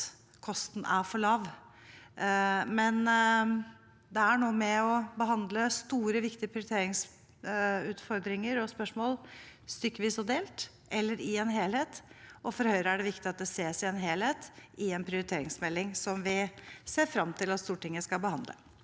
at kosten er for lav. Likevel: Det er noe med å behandle store, viktige prioriteringsutfordringer og -spørsmål enten stykkevis og delt eller i en helhet. For Høyre er det viktig at det ses i en helhet, i en prioriteringsmelding, som vi ser frem til at Stortinget skal behandle.